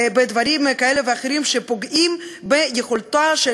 בדברים כאלה ואחרים שפוגעים ביכולתה של